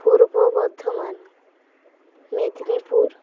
Purba Bardhaman Medinipur